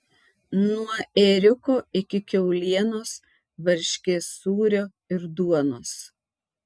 nuo ėriuko iki kiaulienos varškės sūrio ir duonos